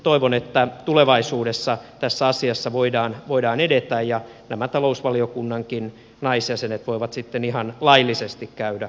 toivon että tulevaisuudessa tässä asiassa voidaan edetä ja nämä talousvaliokunnankin naisjäsenet voivat sitten ihan laillisesti käydä kampaajalla itsenäisyyspäivänä